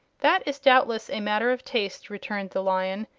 that is doubtless a matter of taste, returned the lion.